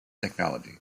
technology